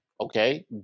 okay